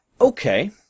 Okay